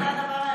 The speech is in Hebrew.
זה הדבר היחיד.